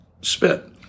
spit